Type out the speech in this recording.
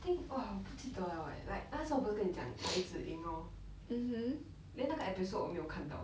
I think !wah! 我不记得了 eh like 那时候我不是跟你讲 tai zi ying lor then 那个 episode 我没有看到